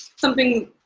something,